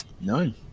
None